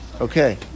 Okay